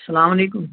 اَسلامُ علیکُم